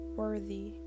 worthy